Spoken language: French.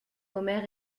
omer